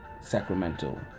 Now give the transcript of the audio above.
Sacramento